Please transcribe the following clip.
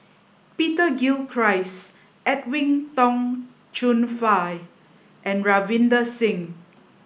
Peter Gilchrist Edwin Tong Chun Fai and Ravinder Singh